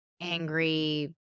angry